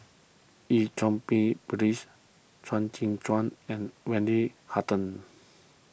Eu Cheng Pi Phyllis Chuang Tsuan and Wendy Hutton